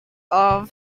how